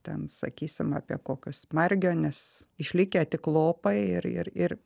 ten sakysim apie kokius margionis išlikę tik lopai ir ir ir